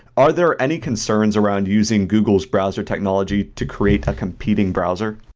are there any concerns around using google's browser technology to create a competing browser?